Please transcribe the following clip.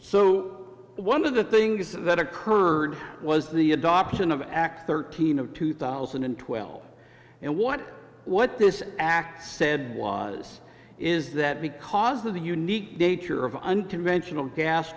so one of the things that occurred was the adoption of act thirteen of two thousand and twelve and what what this act said was is that because of the unique nature of unconventional gas